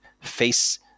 face